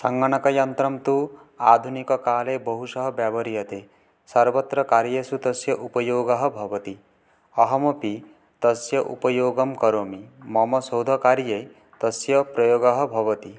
सङ्गणकयन्त्रं तु आधुनिककाले बहुशः व्यवह्रियते सर्वत्र कार्येषु तस्य उपयोगः भवति अहमपि तस्य उपयोगं करोमि मम शोधकार्ये तस्य प्रयोगः भवति